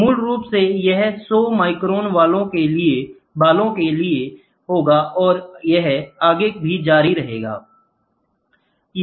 तो मूल रूप से यह 100 माइक्रोन बालों के लिए होगा और यह आगे भी जारी रहता है